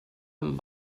amb